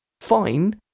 fine